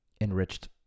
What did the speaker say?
enriched